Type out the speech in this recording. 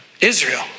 Israel